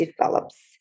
develops